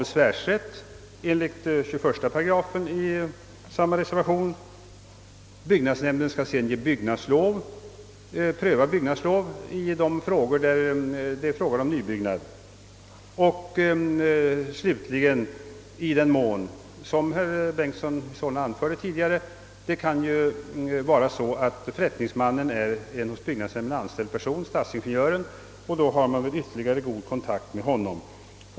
Enligt 21 8 i samma reservation tilldelas byggnadsnämnden besvärsrätt och sedan skall nämnden pröva frågan om byggnadslov då det gäller nybyggnad. Slutligen kan, som herr Bengtson i Solna framhöll, förrättningsmannen vara en hos byggnadsnämnden anställd person, d.v.s. stadsingenjören, och då har man ytterligare god kontakt med honom.